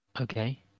Okay